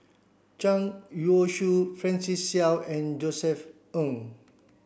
Zhang Youshuo Francis Seow and Josef Ng